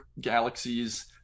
galaxies